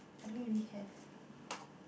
I don't really have